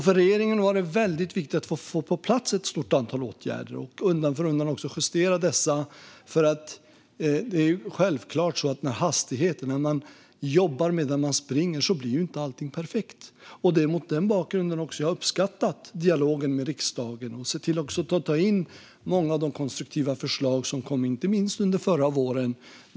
För regeringen var det väldigt viktigt att få på plats ett stort antal åtgärder och undan för undan också justera dessa. Det är självklart så att i hastigheten, när man jobbar medan man springer, blir inte allting perfekt. Det är också mot den bakgrunden som jag har uppskattat dialogen med riksdagen och har sett till att ta in många av de konstruktiva förslag som kom inte minst under förra våren.